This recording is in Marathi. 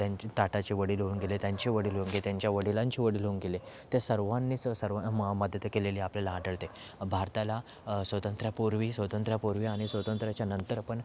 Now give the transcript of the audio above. त्यांचे टाटाचे वडिल होऊन गेले त्यांचे वडिल होऊन गेले त्यांच्या वडिलांचे वडिल होऊन गेले त्या सर्वानी सर्वानीच सर्वा मं मदत केलेली आपल्याला आढळते भारताला स्वातंत्र्यापूर्वी स्वातंत्र्यापूर्वी आणि स्वातंत्र्याच्यानंतर पण